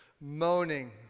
moaning